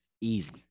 easy